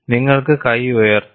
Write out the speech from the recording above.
നിങ്ങൾക്ക് കൈ ഉയർത്താം